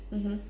mmhmm